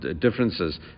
differences